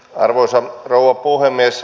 arvoisa rouva puhemies